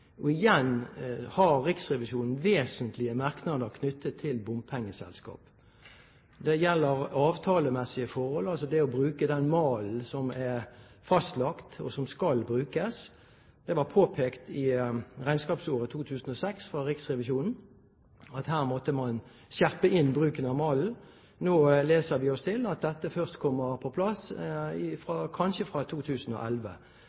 Igjen har Riksrevisjonen vesentlige merknader knyttet til bompengeselskap. Det gjelder avtalemessige forhold, altså det å bruke den malen som er fastlagt, og som skal brukes. Det var påpekt i regnskapsåret 2006 fra Riksrevisjonen at her måtte man skjerpe inn bruken av malen. Nå leser vi oss til at dette først kommer på plass